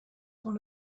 one